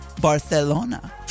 Barcelona